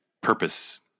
purpose